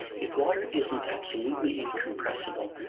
if water isn't absolutely incompressible,